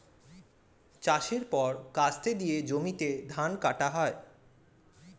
চাষের পর কাস্তে দিয়ে জমিতে ধান কাটা হয়